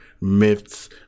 myths